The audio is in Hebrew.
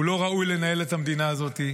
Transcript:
הוא לא ראוי לנהל את המדינה הזאת.